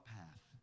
path